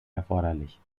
erforderlich